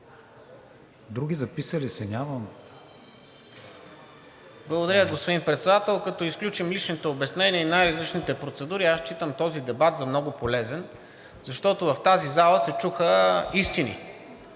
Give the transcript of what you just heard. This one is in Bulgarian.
ДЕЛЯН ДОБРЕВ (ГЕРБ-СДС): Благодаря, господин Председател. Като изключим личните обяснения и най-различните процедури, аз считам този дебат за много полезен, защото в тази зала се чуха истини